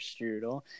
strudel